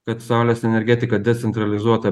kad saulės energetika decentralizuota